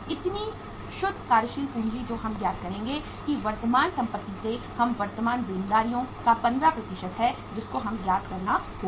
इतनी शुद्ध कार्यशील पूंजी जो हम ज्ञात करेंगे कि वर्तमान संपत्ति से हम वर्तमान देनदारियों का 15 है जिसको हमें ज्ञात करना होगा